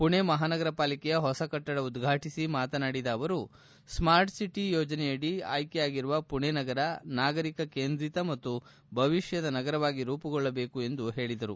ಮಣೆ ಮಹಾನಗರ ಪಾಲಿಕೆಯ ಹೊಸ ಕಟ್ಟಡ ಉದ್ವಾಟಿಸಿ ಮಾತನಾಡಿದ ಅವರು ಸ್ಮಾರ್ಟ್ಸಿಟಿ ಯೋಜನೆಯಡಿ ಆಯ್ಕೆಯಾಗಿರುವ ಮಣೆ ನಗರ ನಾಗರಿಕ ಕೇಂದ್ರೀತ ಮತ್ತು ಭವಿಷ್ಠದ ನಗರವಾಗಿ ರೂಮಗೊಳ್ಳಬೇಕು ಎಂದು ಹೇಳಿದರು